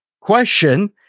question